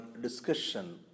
discussion